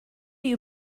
you